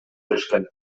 беришкен